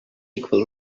equal